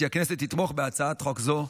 כי הכנסת תתמוך בהצעת חוק זו.